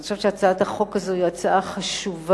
אני חושבת שהצעת החוק הזאת היא הצעה חשובה.